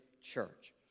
Church